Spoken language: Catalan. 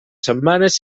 setmanes